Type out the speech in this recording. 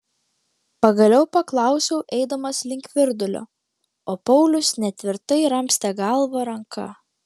pagaliau paklausiau eidamas link virdulio o paulius netvirtai ramstė galvą ranka